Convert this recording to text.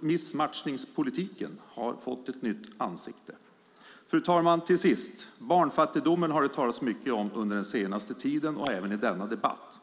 Missmatchningspolitiken har fått ett nytt ansikte. Fru talman! Till sist: Barnfattigdomen har det talats mycket om under den senaste tiden och även i denna debatt.